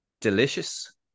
delicious